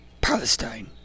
Palestine